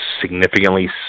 significantly